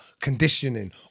conditioning